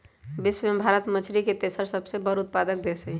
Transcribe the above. विश्व में भारत मछरी के तेसर सबसे बड़ उत्पादक देश हई